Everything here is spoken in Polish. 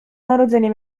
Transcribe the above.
narodzenia